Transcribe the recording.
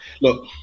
Look